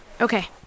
Okay